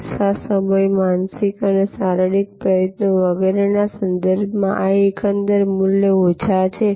પૈસા સમય માનસિક અને શારીરિક પ્રયત્નો વગેરેના સંદર્ભમાં આ એકંદર મૂલ્ય ઓછા છે